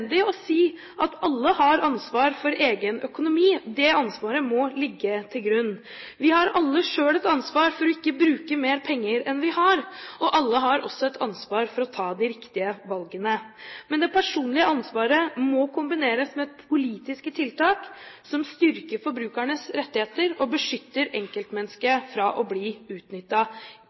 si at alle har ansvar for egen økonomi. Det ansvaret må ligge til grunn. Vi har alle selv et ansvar for ikke å bruke mer penger enn vi har. Alle har også et ansvar for å ta de riktige valgene, men det personlige ansvaret må kombineres med politiske tiltak som styrker forbrukernes rettigheter og beskytter enkeltmennesket fra å bli